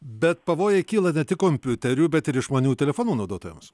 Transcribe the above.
bet pavojai kyla ne tik kompiuterių bet ir išmanių telefonų naudotojams